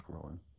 growing